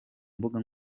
mbuga